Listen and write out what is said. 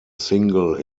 single